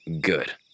Good